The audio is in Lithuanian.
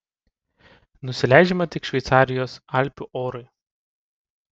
nusileidžiama tik šveicarijos alpių orui